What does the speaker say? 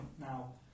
now